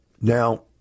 Now